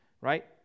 right